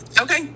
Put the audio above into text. Okay